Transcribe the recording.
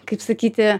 kaip sakyti